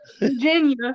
Virginia